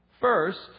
First